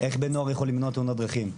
איך בן נוער יכול למנוע תאונות דרכים?